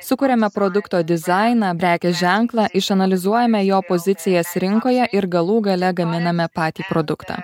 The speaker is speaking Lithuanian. sukuriame produkto dizainą prekės ženklą išanalizuojame jo pozicijas rinkoje ir galų gale gaminame patį produktą